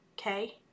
okay